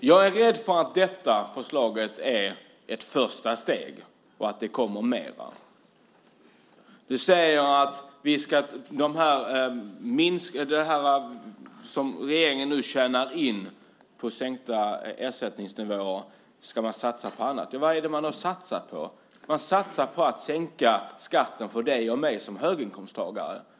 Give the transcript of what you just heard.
Herr talman! Jag är rädd att detta förslag är ett första steg, att det kommer mer. Du säger att det som regeringen nu tjänar in på sänkta ersättningsnivåer ska satsas på annat. Men vad satsar man på? Jo, man satsar på att sänka skatten för dig och mig som höginkomsttagare.